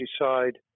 decide